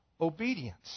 obedience